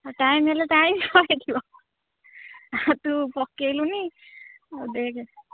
ହଁ ଟାଇମ୍ ହେଲେ ଟାଇମ୍ କ'ଣ ଲାଗିବ ତୁ ପକାଇଲୁନି ଆଉ ଦେଖେ